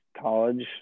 college